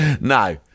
No